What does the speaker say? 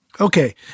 Okay